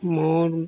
मोर